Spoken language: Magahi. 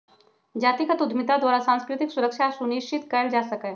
जातिगत उद्यमिता द्वारा सांस्कृतिक सुरक्षा सुनिश्चित कएल जा सकैय